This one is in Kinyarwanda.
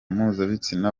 mpuzabitsina